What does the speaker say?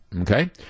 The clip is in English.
Okay